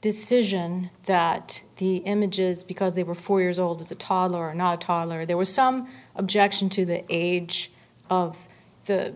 decision that the images because they were four years old was a toddler not a toddler there was some objection to the age of the